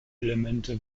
elemente